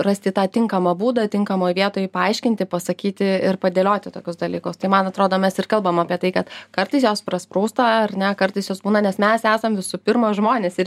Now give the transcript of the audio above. rasti tą tinkamą būdą tinkamoj vietoj paaiškinti pasakyti ir padėlioti tokius dalykus tai man atrodo mes ir kalbam apie tai kad kartais jos prasprūsta ar ne kartais jos būna nes mes esam visų pirma žmonės ir